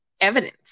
evidence